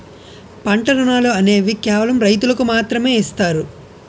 పంట రుణాలు అనేవి కేవలం రైతులకు మాత్రమే ఇస్తారు